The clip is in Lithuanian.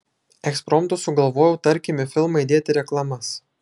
ekspromtu sugalvojau tarkim į filmą įdėti reklamas